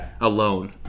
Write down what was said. alone